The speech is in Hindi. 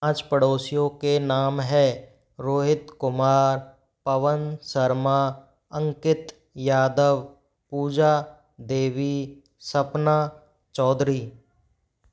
पाँच पड़ोसियों के नाम है रोहित कुमार पवन शर्मा अंकित यादव पूजा देवी सपना चौधरी